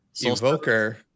evoker